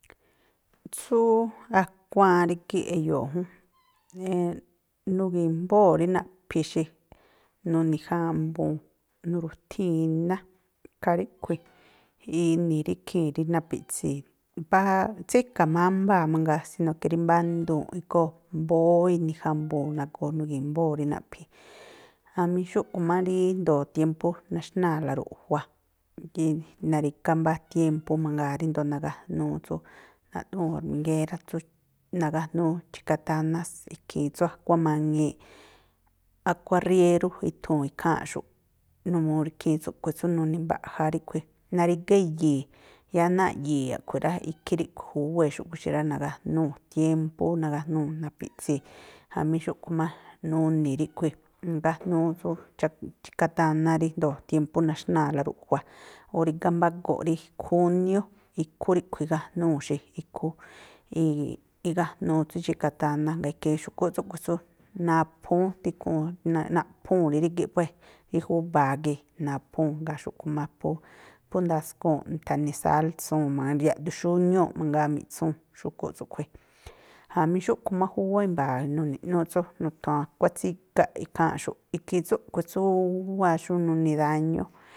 Tsú akuáán rígíꞌ e̱yo̱o̱ jún, nugi̱mbóo̱ rí naꞌphi̱ xi, nuni̱ jambuu̱n, nuru̱thii̱n iná, ikhaa ríꞌkhui̱ ini̱ rí ikhii̱n rí napi̱ꞌtsii̱. tsíka̱ mámbaa mangaa, sino ke rí mbándunꞌ igóo̱, mbóó ini̱ jambuu̱n na̱goo nugi̱mbóo̱ rí naꞌphi̱, jamí xúꞌkhui̱ má ríjndo̱o tiémpú naxnáa̱la ruꞌjua, narígá mbá tiempú mangaa ríndo̱o nagájnúú tsú naꞌthúu̱n ormigérá, tsú nagájnúú chikatánás, ikhiin tsú akuáán maŋi̱iꞌ. Akuáán riérú ithuu̱n ikháa̱nꞌxu̱ꞌ. Numuu rí ikhii tsúꞌkhui̱ tsú nuni̱ mbaꞌja ríꞌkhui̱, narígá yi̱i̱, yáá náa̱ꞌ yi̱i̱ a̱ꞌkhui̱ rá, ikhí ríꞌkhui̱ xúꞌkhui̱ xi rá, nagájnúu̱, tiémpú ú nagájnúu̱ napi̱ꞌtsii̱. Jamí xúꞌkhui̱ má nuni̱ ríꞌkhui̱, nagajánúú tsú chak chikatáná ríjndo̱o tiémpú naxnáa̱la ruꞌjua. O̱ rígá mbá gu̱nꞌ rí júniú, ikhú ríꞌkhui̱ igájnúu̱ xi. Ikhú igájnuu tsú chikatáná, jngáa̱ ikhiin xu̱kúꞌ tsúꞌkhui̱ tsú naphúún tikhuun, naꞌphuu̱n rí rígíꞌ puée̱, rí júba̱a gii̱ naphúu̱, jngáa̱ xúꞌkhui̱ má phú phú ndaskuu̱nꞌ mi̱tha̱ni̱ sálsuu̱n jma̱a yaꞌduxúñúu̱ꞌ mangaa miꞌtsúu̱n xu̱kúꞌ tsúꞌkhui̱. Jamí xúꞌkhui̱ má júwá, nu̱ni̱ꞌnúúꞌ tsú nu̱thu̱un akuáán tsígaꞌ ikháa̱nꞌxu̱ꞌ. Ikhii tsúꞌkhui̱ tsú wáa̱ xú nuni̱ dáñú.